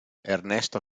ernesto